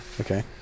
Okay